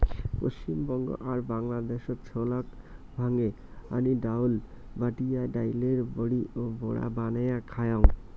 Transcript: পশ্চিমবঙ্গ আর বাংলাদ্যাশত ছোলাক ভাঙে আনি ডাইল, বাটিয়া ডাইলের বড়ি ও বড়া বানেয়া খাওয়াং